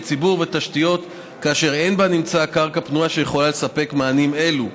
ציבור ותשתיות כאשר אין בנמצא קרקע פנויה שיכולה לספק מענים אלו.